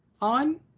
on